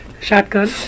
shotgun